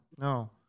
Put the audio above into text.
No